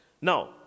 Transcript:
Now